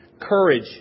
Courage